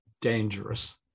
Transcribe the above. dangerous